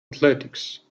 athletics